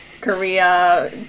korea